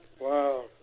Wow